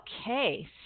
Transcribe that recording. Okay